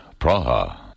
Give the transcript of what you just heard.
Praha